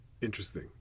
interesting